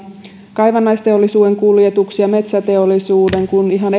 kaivannaisteollisuuden metsäteollisuuden kuin ihan